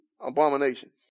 abomination